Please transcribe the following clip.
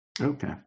Okay